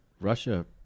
Russia